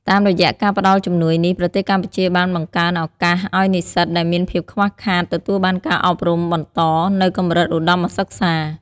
តាមរយៈ ការផ្ដល់ជំនួយនេះ ប្រទេសកម្ពុជាបានបង្កើនឱកាស ឱ្យនិស្សិតដែលមានភាពខ្វះខាតទទួលបានការអប់រំបន្តនៅកម្រិតឧត្តមសិក្សា។